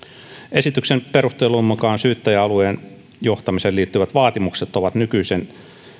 esityksen perustelujen mukaan syyttäjäalueen johtamiseen liittyvät vaatimukset ovat nykyisten